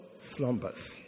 Slumbers